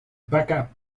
backup